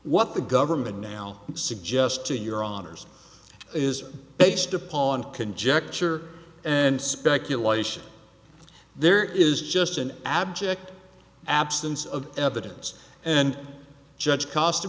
what the government now suggest to your honor's is based upon conjecture and speculation there is just an abject absence of evidence and judge cost